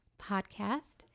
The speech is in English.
Podcast